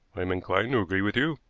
i am inclined to agree with you.